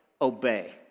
obey